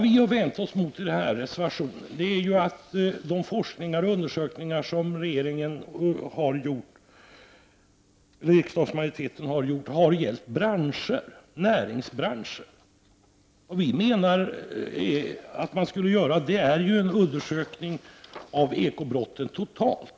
Vi har i vår reservation vänt oss mot att den forskning och de undersökningar som riksdagsmajoriteten står bakom har gällt enstaka näringsbranscher. Vi menar att man skulle göra en undersökning av ekobrotten totalt.